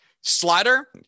Slider